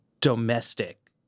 domestic